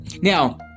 Now